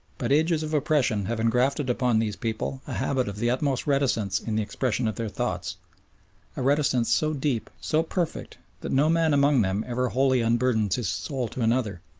but ages of oppression have engrafted upon these people a habit of the utmost reticence in the expression of their thoughts a reticence so deep, so perfect, that no man among them ever wholly unburthens his soul to another,